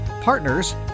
partners